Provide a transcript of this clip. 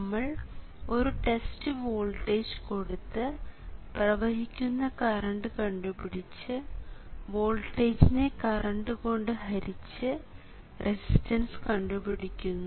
നമ്മൾ ഒരു test voltage കൊടുത്ത് പ്രവഹിക്കുന്ന കറണ്ട് കണ്ടുപിടിച്ച് വോൾട്ടേജിനെ കറണ്ട് കൊണ്ട് ഹരിച്ച് റെസിസ്റ്റൻസ് കണ്ടുപിടിക്കുന്നു